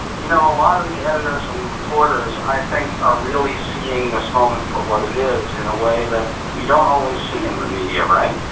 you know, a lot of the editors and reporters, i think, are really seeing this moment for what it is in a way that you don't always see in the media, right?